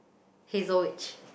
Hazel Witch